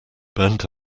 burnt